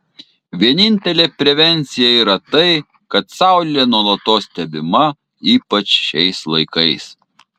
vienintelė prevencija yra tai kad saulė nuolatos stebima ypač šiais laikais